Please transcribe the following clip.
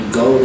go